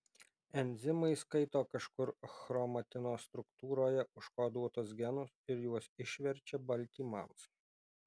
enzimai skaito kažkur chromatino struktūroje užkoduotus genus ir juos išverčia baltymams